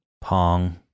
Pong